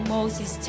Moses